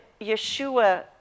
Yeshua